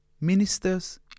ministers